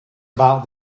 about